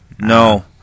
No